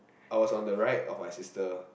I was on the right of my sister